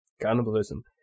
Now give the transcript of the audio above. cannibalism